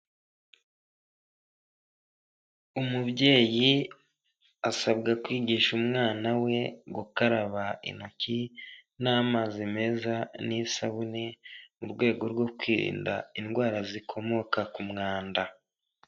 Umubyeyi asabwa kwigisha umwana we gukaraba intoki n'amazi meza n'isabune, mu rwego rwo kwirinda indwara zikomoka ku mwanda.